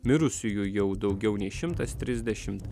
mirusiųjų jau daugiau nei šimtas trisdešimt